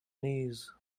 knees